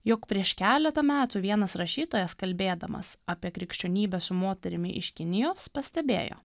jog prieš keletą metų vienas rašytojas kalbėdamas apie krikščionybę su moterimi iš kinijos pastebėjo